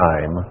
time